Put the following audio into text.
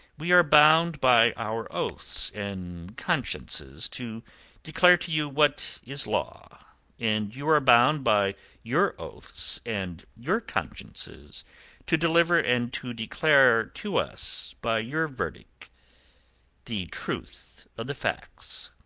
we are bound by our oaths and consciences to declare to you what is law and you are bound by your oaths and your consciences to deliver and to declare to us by your verdict the truth of the facts.